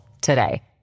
today